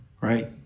right